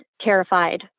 terrified